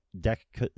deck